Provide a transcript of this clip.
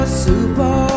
Super